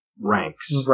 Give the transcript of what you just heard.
ranks